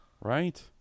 right